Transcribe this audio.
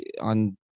on